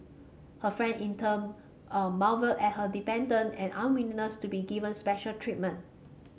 her friend in turn a marvelled at her independence and unwillingness to be given special treatment